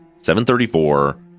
734